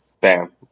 Bam